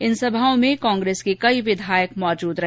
इन सभाओं में कांग्रेस के कई विधायक मौजूद रहे